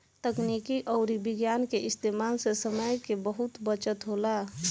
तकनीक अउरी विज्ञान के इस्तेमाल से समय के बहुत बचत होला